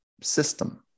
system